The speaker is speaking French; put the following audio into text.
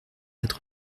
quatre